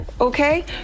okay